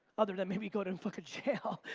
other than maybe go to and fucking jail.